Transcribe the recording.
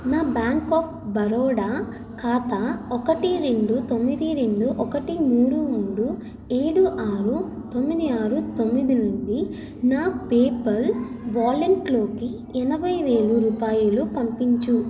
నా bank of Baroda ఖాతా ఒకటి రెండు తొమ్మిది రెండు ఒకటి మూడు మూడు ఏడు ఆరు తొమ్మిది ఆరు తొమ్మిది నుండి నా పేపల్ వాలెట్లోకి ఏనభై వేలు రూపాయలు పంపించుము